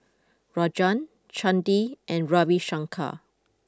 Rajan Chandi and Ravi Shankar